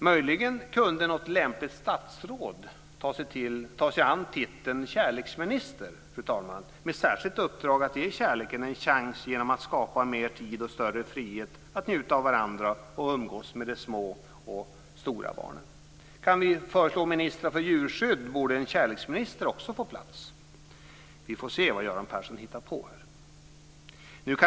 Möjligen kunde något lämpligt statsråd ta sig an titeln kärleksminister, fru talman, med särskilt uppdrag att ge kärleken en chans genom att skapa mer tid och större frihet att njuta av varandra och umgås med de små och stora barnen. Kan vi föreslå en minister för djurskydd borde en kärleksminister också få plats. Vi får se vad Göran Persson hittar på.